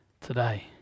today